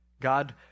God